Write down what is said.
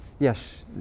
Yes